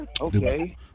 Okay